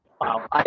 Wow